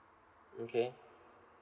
okay